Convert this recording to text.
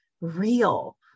real